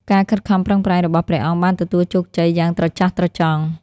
ការខិតខំប្រឹងប្រែងរបស់ព្រះអង្គបានទទួលជោគជ័យយ៉ាងត្រចះត្រចង់។